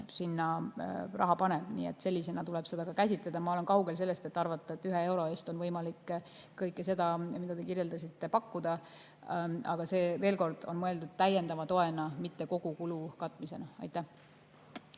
sinna paneb. Sellisena tuleb seda ka käsitleda. Ma olen kaugel sellest, et arvata, et 1 euro eest on võimalik kõike seda, mida te mainisite, pakkuda. Aga veel kord, see on mõeldud täiendava toena, mitte kogukulu katmisena. Aitäh!